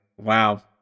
Wow